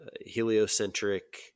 heliocentric